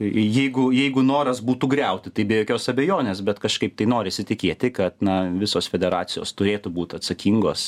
jeigu jeigu noras būtų griauti tai be jokios abejonės bet kažkaip tai norisi tikėti kad na visos federacijos turėtų būt atsakingos